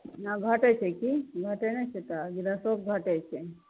अपना घटै छै की घटै नहि छै तऽ गृहस्थोके घटै छै